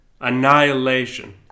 Annihilation